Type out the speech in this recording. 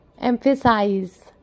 Emphasize